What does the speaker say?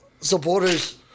supporters